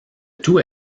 tout